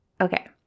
okay